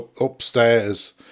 upstairs